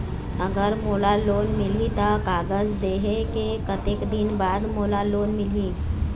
अगर मोला लोन मिलही त कागज देहे के कतेक दिन बाद मोला लोन मिलही?